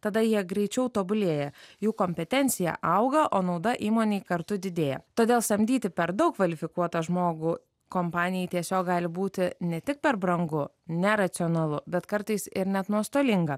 tada jie greičiau tobulėja jų kompetencija auga o nauda įmonei kartu didėja todėl samdyti per daug kvalifikuotą žmogų kompanijai tiesiog gali būti ne tik per brangu neracionalu bet kartais ir net nuostolinga